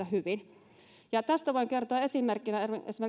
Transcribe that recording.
hyvin tästä voin kertoa esimerkkinä